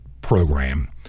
program